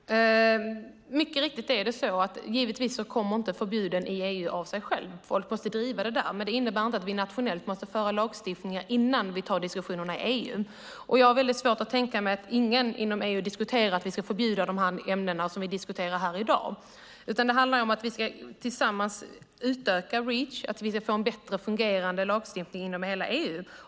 Herr talman! Mycket riktigt kommer givetvis inte förbuden i EU av sig själv. Folk måste driva dem där, men det innebär inte att vi nationellt måste införa lagstiftningar innan vi tar diskussionerna i EU. Jag har svårt att tänka mig att någon inom EU diskuterar att vi ska förbjuda de ämnen som vi diskuterar här i dag, utan det handlar om att vi tillsammans ska utöka Reach, att vi ska få en bättre fungerande lagstiftning inom hela EU.